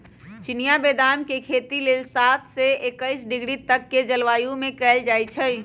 चिनियाँ बेदाम के खेती लेल सात से एकइस डिग्री तक के जलवायु में कएल जाइ छइ